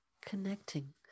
connecting